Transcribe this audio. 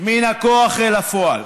מן הכוח אל הפועל.